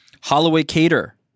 Holloway-Cater